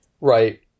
Right